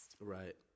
Right